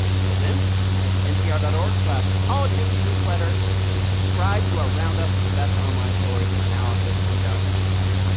until then, you can head to npr dot org slash politicsnewsletter to subscribe to our roundup of the best online stories and analysis comes out every weekend.